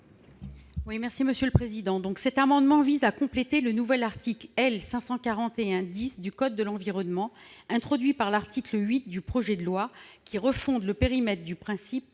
l'amendement n° 43 rectifié. Cet amendement vise à compléter le nouvel article L. 541-10 du code de l'environnement introduit par l'article 8 du projet de loi, qui refonde le périmètre du principe